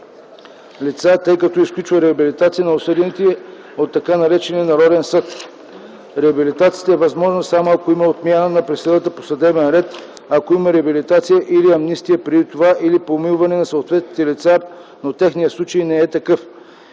лица, тъй като изключва реабилитация на осъдените от така наречения Народен съд. Реабилитацията е възможна само ако има отмяна на присъдата по съдебен ред, ако има реабилитация или амнистия преди това или помилване на съответните лица, но техния случай не е такъв.